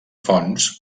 fonts